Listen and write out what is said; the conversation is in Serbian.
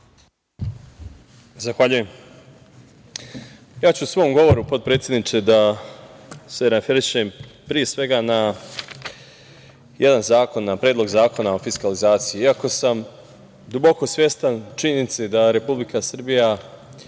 Zahvaljujem. Ja ću u svom govoru, potpredsedniče, da se referišem pre svega na jedan zakon, na Predlog zakona o fiskalizaciji. Iako sam duboko svestan činjenice da Republika Srbija